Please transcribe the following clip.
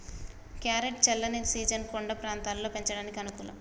carrot చల్లని season కొండ ప్రాంతంలో పెంచనీకి అనుకూలం